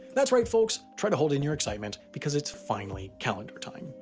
that's right folks, try to hold in your excitement, because it's finally calendar time.